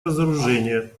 разоружение